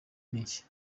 n’iki